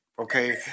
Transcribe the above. okay